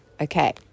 Okay